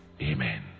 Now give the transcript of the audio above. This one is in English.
Amen